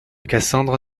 cassandre